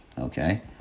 okay